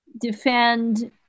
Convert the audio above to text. defend